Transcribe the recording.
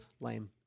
Lame